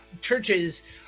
churches